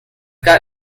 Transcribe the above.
got